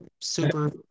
super